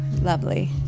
lovely